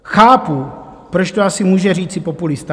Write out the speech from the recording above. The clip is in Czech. Chápu, proč to asi může říci populista.